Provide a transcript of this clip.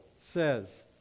says